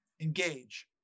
engage